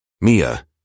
Mia